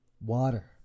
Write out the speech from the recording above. Water